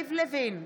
יריב לוין,